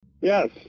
Yes